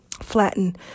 flatten